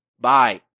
Bye